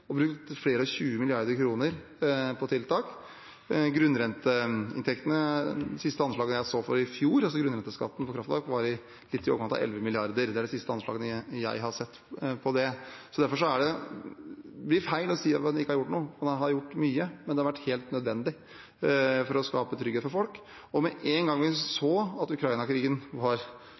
flere og tyve milliarder kroner på tiltak. De siste anslagene jeg så for i fjor på grunnrenteskatten for kraftverk, var på litt i overkant av 11 mrd. kr – det er de siste anslagene jeg har sett. Derfor blir det feil å si at man ikke har gjort noe, for vi har gjort mye, men det har vært helt nødvendig for å skape trygghet for folk. Med en gang vi så starten på Ukraina-krigen, varslet vi at